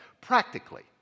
practically